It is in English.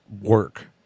work